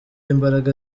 imbaraga